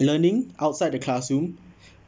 learning outside the classroom